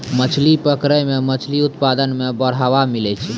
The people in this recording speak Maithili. मछली पकड़ै मे मछली उत्पादन मे बड़ावा मिलै छै